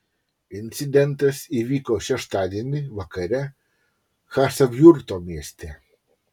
incidentas įvyko šeštadienį vakare chasavjurto mieste